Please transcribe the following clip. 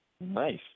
Nice